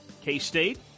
K-State